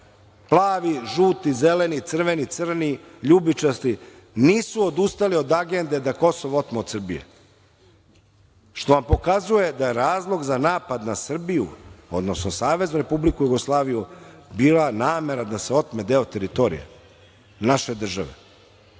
Plavi, žuti, zeleni, crveni, crni, ljubičasti, nisu odustali od agende da Kosovo otmu od Srbije, što vam pokazuje da razlog za napad na Srbiju, odnosno Saveznu Republiku Jugoslaviju bila namera da se otme deo teritorije naše države.